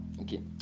okay